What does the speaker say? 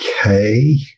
okay